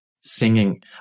Singing